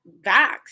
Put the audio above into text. VAX